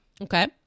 Okay